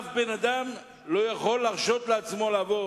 אף בן-אדם לא יכול להרשות לעצמו לעבור